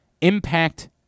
impact